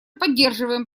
поддерживаем